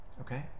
okay